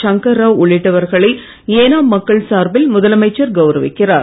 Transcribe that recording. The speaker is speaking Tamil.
சங்கர்ராவ் உள்ளிட்டவர்களை ஏனாம் மக்கள் சார்பில் முதலமைச்சர் கவுரவிக்கிறார்